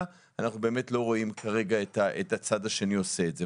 אנחנו באמת לא רואים כרגע את הצד השני עושה את זה.